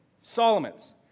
Solomon's